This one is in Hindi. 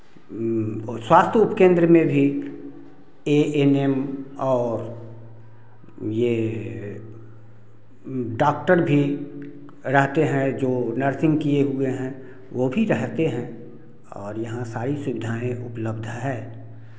स्वास्थ्य उपकेंद्र में भी एएनएम और ये डॉक्टर भी रहते हैं जो नर्सिंग किए हुए हैं वो भी रहते हैं और यहाँ सारी सुविधाएँ उपलब्ध है